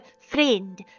Friend